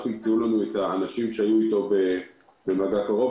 אנחנו מחפשים את האנשים שהיו איתו במגע קרוב.